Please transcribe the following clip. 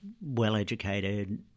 well-educated